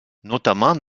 notamment